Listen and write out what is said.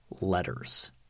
letters